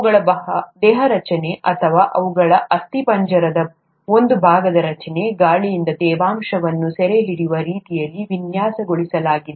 ಅವುಗಳ ದೇಹ ರಚನೆ ಅಥವಾ ಅವುಗಳ ಅಸ್ಥಿಪಂಜರದ ಒಂದು ಭಾಗದ ರಚನೆಯು ಗಾಳಿಯಿಂದ ತೇವಾಂಶವನ್ನು ಸೆರೆಹಿಡಿಯುವ ರೀತಿಯಲ್ಲಿ ವಿನ್ಯಾಸಗೊಳಿಸಲಾಗಿದೆ